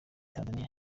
tanzaniya